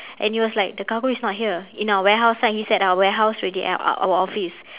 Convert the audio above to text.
and he was like the cargo is not here in our warehouse he's at our warehouse already at our office